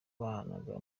babanaga